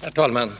Herr talman!